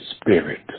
Spirit